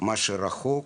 ומה שקרוב